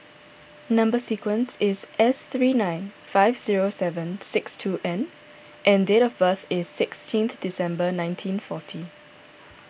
Number Sequence is S three nine five zero seven six two N and date of birth is sixteenth December nineteen forty